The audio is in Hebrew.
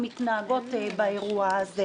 הקרובים נמשיך ונראה עוד בימים הקרובים.